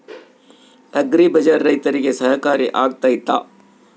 Agri ಬಜಾರ್ ರೈತರಿಗೆ ಸಹಕಾರಿ ಆಗ್ತೈತಾ?